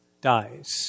dies